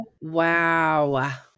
Wow